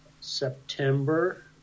September